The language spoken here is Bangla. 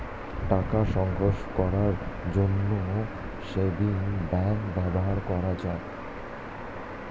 টাকা সঞ্চয় করার জন্য সেভিংস ব্যাংক ব্যবহার করা হয়